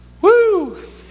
Woo